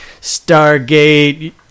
Stargate